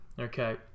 okay